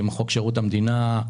חוק שירות המדינה,